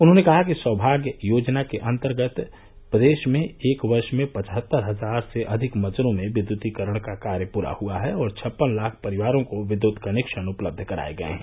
उन्होंने कहा कि सौभाग्य योजना के अन्तर्गत प्रदेश में एक वर्ष में पचहत्तर हजार से अधिक मजरों में विद्युतीकरण का कार्य पूरा हुआ है और छप्पन लाख परिवारों को विद्युत कनेक्शन उपलब्ध कराये गये हैं